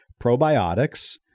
probiotics